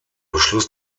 beschluss